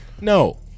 No